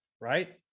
right